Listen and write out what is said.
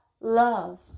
love